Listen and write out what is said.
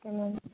okay ma'am